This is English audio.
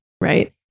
right